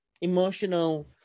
emotional